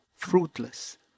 fruitless